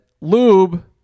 lube